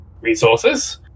resources